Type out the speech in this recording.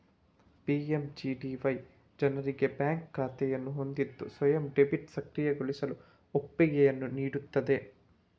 PMGDY ಜನರಿಗೆ bank ಖಾತೆಯನ್ನು ಹೊಂದಿದ್ದು ಸ್ವಯಂ ಡೆಬಿಟ್ ಸಕ್ರಿಯಗೊಳಿಸಲು ಒಪ್ಪಿಗೆಯನ್ನು ನೀಡುತ್ತದೆ